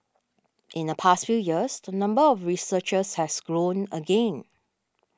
in the past few years the number of researchers has grown again